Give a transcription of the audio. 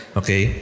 okay